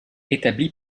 établie